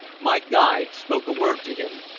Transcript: my guide spoke a word to him,